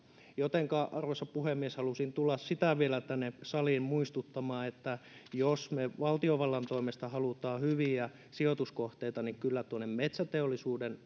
jotenka arvoisa puhemies halusin vielä tulla siitä tänne saliin muistuttamaan että jos me valtiovallan toimesta haluamme hyviä sijoituskohteita niin kyllä tuonne metsäteollisuuden